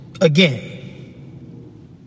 again